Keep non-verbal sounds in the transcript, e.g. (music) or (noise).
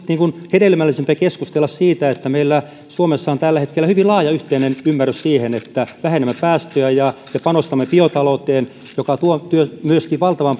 hedelmällisintä keskustella siitä että meillä suomessa on tällä hetkellä hyvin laaja yhteinen ymmärrys siihen että vähennämme päästöjä ja panostamme biotalouteen joka tuo myöskin valtavan (unintelligible)